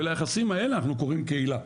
וליחסים האלה אנחנו קוראים קהילה.